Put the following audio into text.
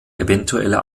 eventuelle